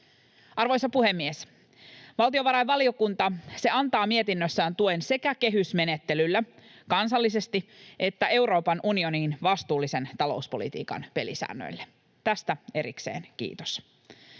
Arvoisa puhemies! Valtiovarainvaliokunta antaa mietinnössään tuen sekä kansallisesti kehysmenettelylle että Euroopan unionin vastuullisen talouspolitiikan pelisäännöille. Tästä erikseen kiitos.